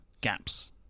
gaps